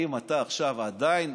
האם אתה עכשיו עדיין,